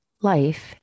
life